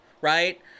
right